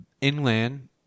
inland